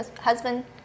husband